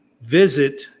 visit